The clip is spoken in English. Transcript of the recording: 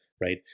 right